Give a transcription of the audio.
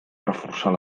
reforçar